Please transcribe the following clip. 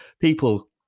people